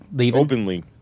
openly